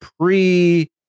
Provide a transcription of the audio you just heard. pre